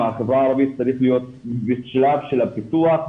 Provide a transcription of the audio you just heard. מהחברה הערבית צריך להיות בשלב של הפיתוח,